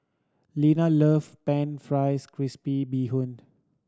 Linna love pan fries crispy bee hoon